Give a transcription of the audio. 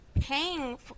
paying